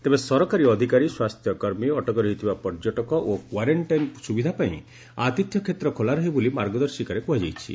ତେବେ ସରକାରୀ ଅଧିକାରୀ ସ୍ୱାସ୍ଥ୍ୟକର୍ମୀ ଅଟକି ରହିଥିବା ପର୍ଯ୍ୟଟକ ଓ କ୍ୱାରେଣ୍ଟାଇନ୍ ସୁବିଧା ପାଇଁ ଆତିଥ୍ୟ କ୍ଷେତ୍ର ଖୋଲା ରହିବ ବୋଲି ମାର୍ଗଦର୍ଶିକାରେ କୁହାଯାଇଛି